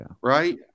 Right